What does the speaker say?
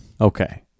Okay